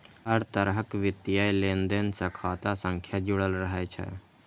हर तरहक वित्तीय लेनदेन सं खाता संख्या जुड़ल रहै छै